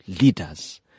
leaders